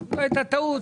זו הייתה טעות.